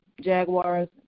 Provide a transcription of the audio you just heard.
Jaguars